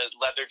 leather